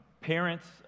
Parents